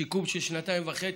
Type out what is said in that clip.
שיקום של שנתיים וחצי,